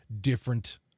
different